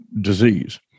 disease